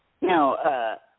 Now